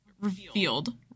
Revealed